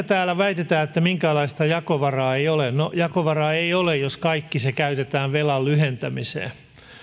täällä väitetään että minkäänlaista jakovaraa ei ole no jakovaraa ei ole jos kaikki se käytetään velan lyhentämiseen